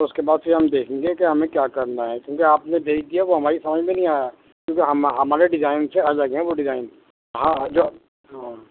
تو اس کے بعد پھر ہم دیکھیں گے کہ ہمیں کیا کرنا ہے کیونکہ آپ نے بھیج دیا وہ ہماری سمجھ میں نہیں آیا کیونکہ ہم ہمارے ڈیزائن سے الگ ہیں وہ ڈیزائن ہاں ہاں جو ہاں